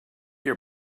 your